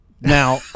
Now